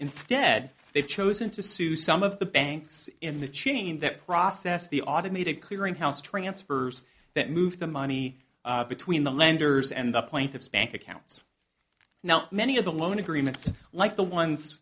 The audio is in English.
instead they've chosen to sue some of the banks in the chain that process the automated clearinghouse transfers that moved the money between the lenders and the plaintiffs bank accounts now many of the loan agreements like the ones